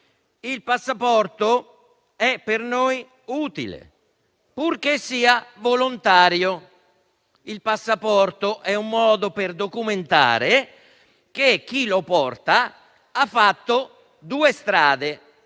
Il passaporto è per noi utile, purché sia volontario. Il passaporto è un modo per documentare che chi lo possiede ha percorso